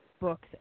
books